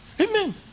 amen